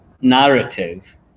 narrative